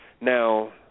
Now